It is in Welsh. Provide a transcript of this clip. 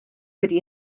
wedi